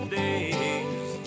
days